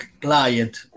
client